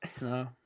No